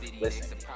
Listen